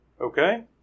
okay